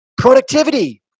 productivity